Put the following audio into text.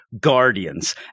Guardians